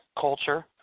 culture